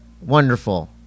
wonderful